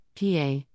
PA